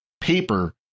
paper